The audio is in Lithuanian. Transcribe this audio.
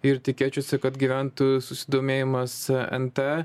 ir tikėčiausi kad gyventojų susidomėjimas nt